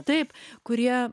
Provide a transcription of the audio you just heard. taip kurie